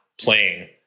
playing